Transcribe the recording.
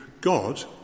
God